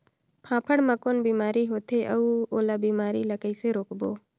फाफण मा कौन बीमारी होथे अउ ओला बीमारी ला कइसे रोकबो?